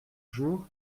jours